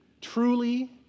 truly